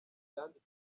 yanditse